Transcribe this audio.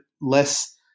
less